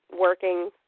working